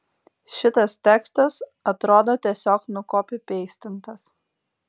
šitas tekstas atrodo tiesiog nukopipeistintas